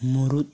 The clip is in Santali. ᱢᱩᱲᱩᱫ